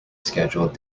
scheduled